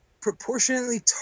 proportionately